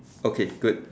okay good